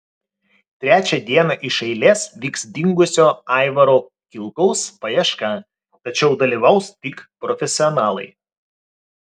trečią dieną iš eilės vyks dingusio aivaro kilkaus paieška tačiau dalyvaus tik profesionalai